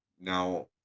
Now